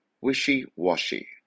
wishy-washy